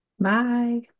Bye